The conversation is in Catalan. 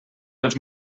els